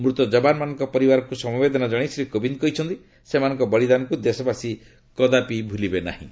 ମୃତ ଜବାନମାନଙ୍କ ପରିବାରକୁ ସମବେଦନା ଜଣାଇ ଶ୍ରୀ କୋବିନ୍ଦ କହିଛନ୍ତି ସେମାନଙ୍କ ବଳିଦାନକୁ ଦେଶବାସୀ କଦାପି ଭୁଲିବେ ନାହିଁ